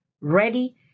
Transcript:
ready